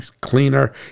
cleaner